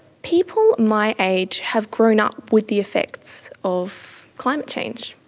people my age have grown up with the effects of climate change.